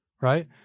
Right